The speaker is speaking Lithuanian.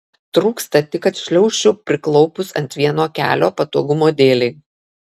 trūksta tik kad šliaužčiau priklaupus ant vieno kelio patogumo dėlei